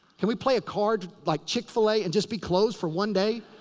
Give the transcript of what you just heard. can we play a card like chick-fil-a? and just be closed for one day?